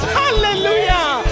hallelujah